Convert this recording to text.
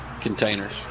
containers